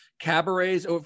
cabarets